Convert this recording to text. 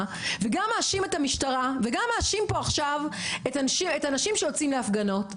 וגם מאשים את המשטרה וגם מאשים פה עכשיו את האנשים שיוצאים להפגנות.